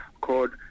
called